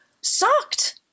sucked